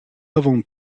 avant